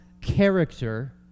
character